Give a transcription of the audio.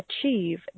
achieve